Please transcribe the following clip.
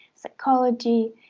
psychology